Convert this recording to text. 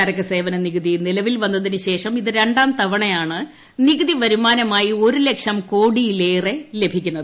ചരക്ക് സേവന നികുതി നിലവിൽ വന്നതിനുശേഷം ഇത് രണ്ടാംതവണയാണ് നികുതി വരുമാനമായി ഒരുലക്ഷം കോടിയിലേറെ ലഭിക്കുന്നത്